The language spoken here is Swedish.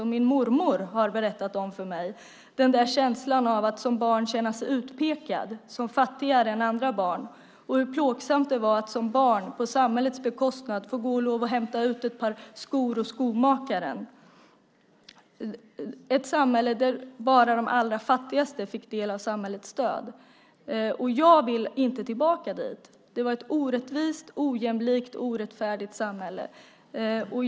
Min mormor har berättat för mig om den där känslan av att som barn känna sig utpekad som fattigare än andra barn och hur plågsamt det var att som barn på samhällets bekostnad få lov att gå och hämta ut ett par skor hos skomakaren. Det var ett samhälle där bara de allra fattigaste fick del av samhällets stöd. Jag vill inte tillbaka dit. Det var ett orättvist, ojämlikt och orättfärdigt samhälle.